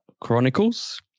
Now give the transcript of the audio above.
Chronicles